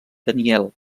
daniel